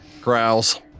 growls